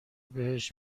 بهش